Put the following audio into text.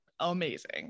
amazing